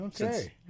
Okay